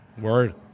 word